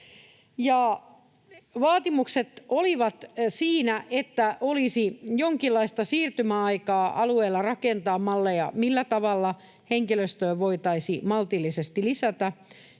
Vaatimukset olivat siinä, että olisi jonkinlaista siirtymäaikaa alueilla rakentaa malleja, millä tavalla henkilöstöä voitaisiin maltillisesti lisätä.